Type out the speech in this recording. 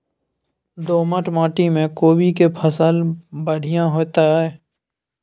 दोमट माटी में कोबी के फसल बढ़ीया होतय?